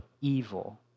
evil